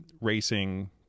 racing